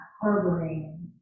harboring